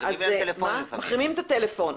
מחרימים את הטלפון.